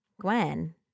Gwen